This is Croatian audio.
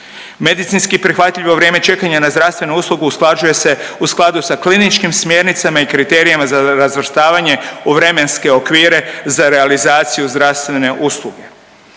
Medicinski prihvatljivo vrijeme čekanja na zdravstvenu uslugu usklađuje se u skladu sa kliničkim smjernicama i kriterijima za razvrstavanje u vremenske okvire za realizaciju zdravstvene usluge.